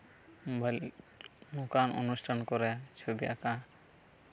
mobile ᱱᱚᱝᱠᱟᱱ ᱚᱱᱩᱥᱴᱷᱟᱱ ᱠᱚᱨᱮ ᱪᱷᱚᱵᱤ ᱟᱸᱠᱟ